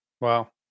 Wow